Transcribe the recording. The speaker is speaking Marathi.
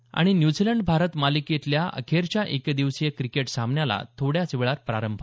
आणि त न्यूझीलंड भारत मालिकेतल्या अखेरच्या एक दिवसीय क्रिकेट सामन्याला थोड्याच वेळात प्रारंभ